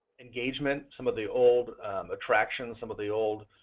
engagements, some of the old attractions, some of the old